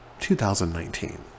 2019